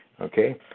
okay